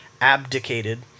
abdicated